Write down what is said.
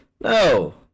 no